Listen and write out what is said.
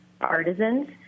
artisans